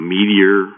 Meteor